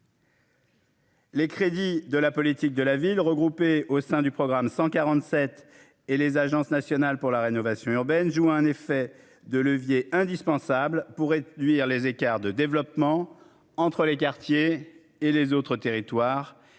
Les crédits de la politique de la ville, regroupés au sein du programme 147 et les Agence nationale pour la rénovation urbaine joue un effet de levier indispensable pour. Réduire les écarts de développement entre les quartiers et les autres territoires